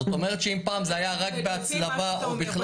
זאת אומרת שאם פעם זה היה רק בהצלבה או בכלל